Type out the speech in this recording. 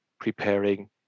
preparing